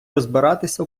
розбиратися